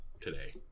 today